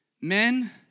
Men